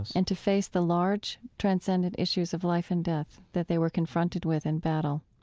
and to face the large transcendent issues of life and death that they were confronted with in battle,